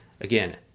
Again